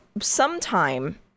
sometime